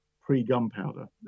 pre-gunpowder